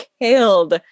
killed